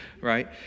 right